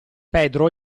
pedro